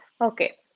okay